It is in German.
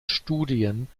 studien